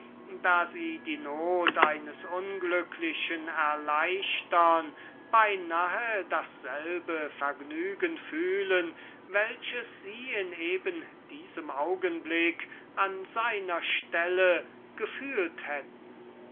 da sie die not eines unglücklichen erleichtern beinahe dasselbige vergnügen fühlen welches sie in eben diesem augenblick an seiner stelle gefühlt hätten